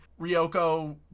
Ryoko